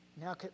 Now